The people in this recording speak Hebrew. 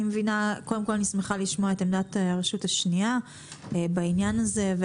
אני שמחה לשמוע את עמדת הרשות השנייה בעניין הזה,